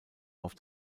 auf